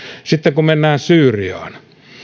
sitten kun mennään syyriaan